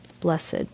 blessed